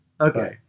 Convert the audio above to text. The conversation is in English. Okay